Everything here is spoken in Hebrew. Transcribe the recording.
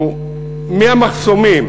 שהוא מהמחסומים